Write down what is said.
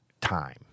time